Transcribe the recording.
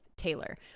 Taylor